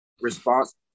response